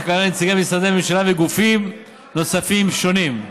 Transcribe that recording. שכללה נציגי משרדי ממשלה וגופים נוספים שונים.